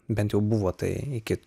bent jau buvo tai iki